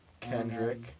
Kendrick